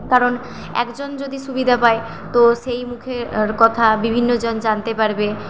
কারণ একজন যদি সুবিধা পায় তো সেই মুখের কথা বিভিন্ন জন জানতে পারবে